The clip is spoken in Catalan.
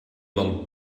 del